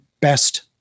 best